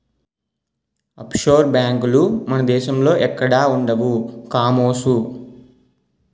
offshore బేంకులు మన దేశంలో ఎక్కడా ఉండవు కామోసు